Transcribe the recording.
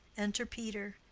enter peter.